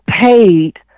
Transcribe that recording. paid